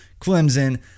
Clemson